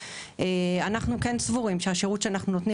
אנחנו כן סבורים שהשירות שאנחנו נותנים